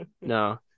No